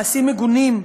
מעשים מגונים.